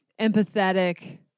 empathetic